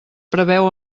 preveu